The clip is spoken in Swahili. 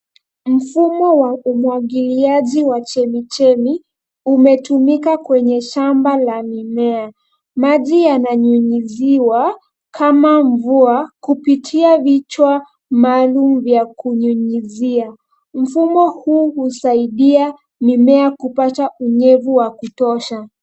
Mfumo wa umwagiliaji wa chemichemi umetumika kwenye shamba la mimea. Maji yananyunyiziwa kama mvua kupitia vichwa maalum vya kunyunyizia. Mfumo huu husaidia mimea kupata unyevu wa kutosha.